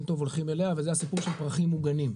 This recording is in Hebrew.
טוב הולכים אליה וזה הסיפור של הפרחים המוגנים.